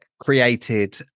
created